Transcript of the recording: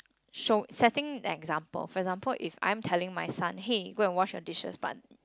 show setting the example for example if I'm telling my son hey go and wash your dishes but